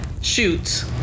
shoots